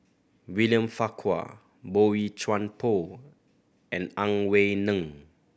William Farquhar Boey Chuan Poh and Ang Wei Neng